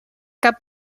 cap